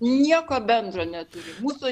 nieko bendro neturi mūsų